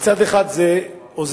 מצד אחד זה עוזר,